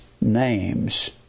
names